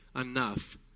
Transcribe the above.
enough